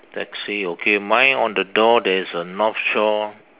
taxi okay mine on the door there is a north shore